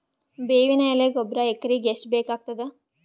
ಬೇವಿನ ಎಲೆ ಗೊಬರಾ ಎಕರೆಗ್ ಎಷ್ಟು ಬೇಕಗತಾದ?